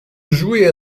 jouer